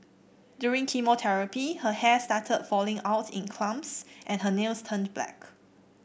during chemotherapy her hair started falling out in clumps and her nails turned black